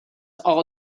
are